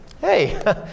hey